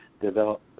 develop